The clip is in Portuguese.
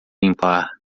limpar